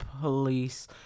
police